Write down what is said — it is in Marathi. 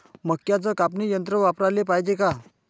मक्क्याचं कापनी यंत्र वापराले पायजे का?